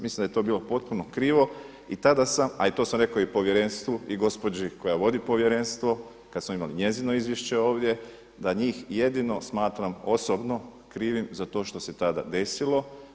Mislim da je to bilo potpuno krivo, i tada sam, a i to sam rekao Povjerenstvu i gospođi koja vodi Povjerenstvo kad smo imali njezino izvješće ovdje, da njih jedino smatram osobno krivim za to što se tada desilo.